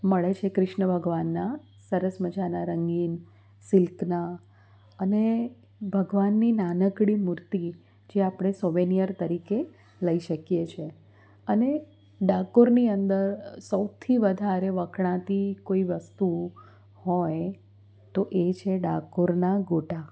મળે છે ક્રિશ્ન ભગવાનના સરસ મજાના રંગીન સિલ્કના અને ભગવાનની નાનકડી મૂર્તિ જે આપણે સોવેનિયર તરીકે લઈ શકીએ છીએ અને ડાકોરની અંદર સૌથી વધારે વખણાતી કોઈ વસ્તુ હોય તો એ છે ડાકોરના ગોટા